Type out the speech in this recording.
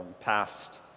passed